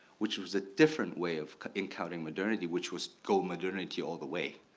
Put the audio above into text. which was a different way of encountering modernity, which was go modernity all the way.